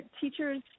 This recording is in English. teachers